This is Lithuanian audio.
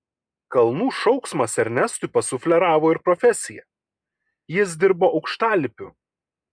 kalnų šauksmas ernestui pasufleravo ir profesiją jis dirbo aukštalipiu